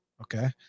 okay